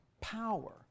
power